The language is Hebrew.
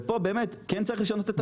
ופה באמת פה צריך לשנות את הצו.